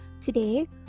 today